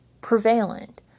prevalent